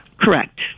Correct